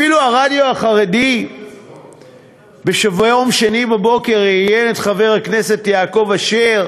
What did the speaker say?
אפילו הרדיו החרדי ביום שני בבוקר ראיין את חבר הכנסת יעקב אשר